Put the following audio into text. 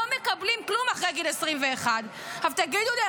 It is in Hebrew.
לא מקבלים כלום אחרי גיל 21. תגידו לי,